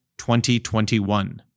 2021